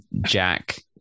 Jack